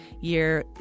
year